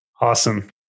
Awesome